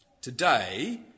Today